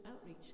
outreach